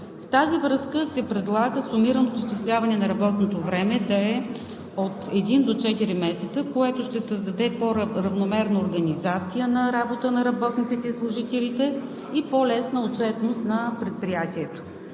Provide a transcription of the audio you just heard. с това се предлага сумираното изчисляване на работното време да е от един до четири месеца, което ще създаде по-равномерна организация на работа на работниците и служителите и по-лесна отчетност на предприятието.